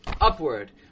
upward